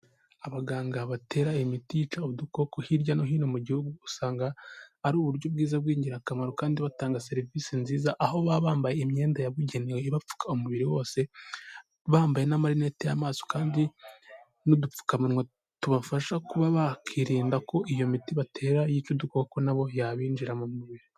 Abaganga batera imiti yica udukoko hirya no hino mu gihugu, usanga ari uburyo bwiza bw'ingirakamaro kandi batanga serivisi nziza aho baba bambaye imyenda yabugenewe ibapfuka umubiri wose, bambaye n'amarinete y'amaso kandi n'udupfukamunwa tubafasha kuba bakwirinda ko iyo miti batera yica udukoko nabo yabinjira mu mubiri.